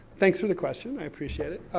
thanks for the question, i appreciate it.